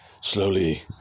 Slowly